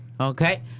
Okay